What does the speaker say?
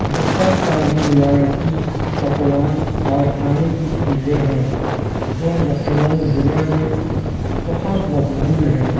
بہت ساری روایتی پکوان اور کھانے کی چیزیں ہیں جو لکھنو ضلع میں بہت مقبول ہیں